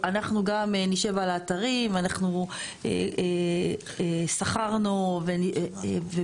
אנחנו גם נשב על האתרים ואנחנו שכרנו ובנינו